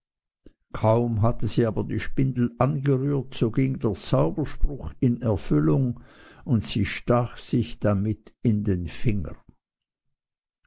kaum hatte sie aber die spindel angerührt so ging der zauberspruch in erfüllung und sie stach sich damit in den finger